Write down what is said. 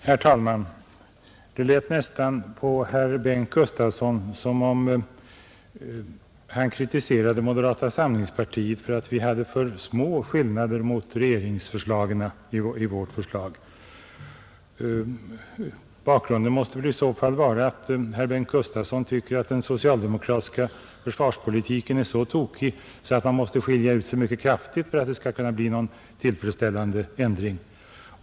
Herr talman! Det lät nästan på herr Gustavsson i Eskilstuna som om han kritiserade moderata samlingspartiet för att vi i vårt förslag hade för små skillnader gentemot regeringsförslagen. Bakgrunden måste i så fall vara att herr Gustavsson tycker att den socialdemokratiska försvarspolitiken är så tokig att man måste skilja ut sig mycket kraftigt för att det skall bli en tillfredställande ändring.